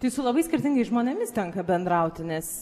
tai su labai skirtingais žmonėmis tenka bendrauti nes